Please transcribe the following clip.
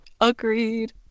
agreed